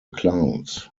clowns